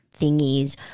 thingies